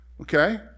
Okay